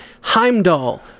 Heimdall